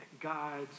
God's